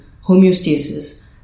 homeostasis